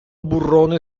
burrone